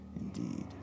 indeed